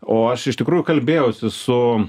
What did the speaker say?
o aš iš tikrųjų kalbėjausi su